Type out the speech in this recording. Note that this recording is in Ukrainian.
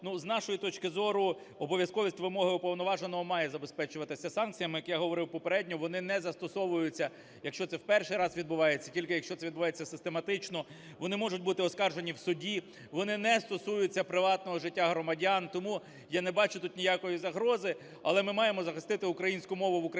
з нашої точки зору, обов'язковість вимоги уповноваженого має забезпечуватися санкціями. Як я говорив попередньо, вони не застосовуються, якщо це в перший раз відбувається, тільки якщо це відбувається систематично, вони можуть бути оскаржені в суді, вони не стосуються приватного життя громадян. Тому я не бачу тут ніякої загрози, але ми маємо захистити українську мову в українській